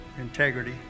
integrity